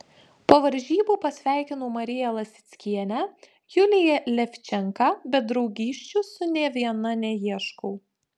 po varžybų pasveikinau mariją lasickienę juliją levčenką bet draugysčių su nė viena neieškau